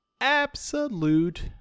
absolute